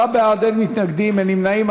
עשרה בעד, אין מתנגדים ואין נמנעים.